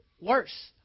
worse